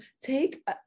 take